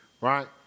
right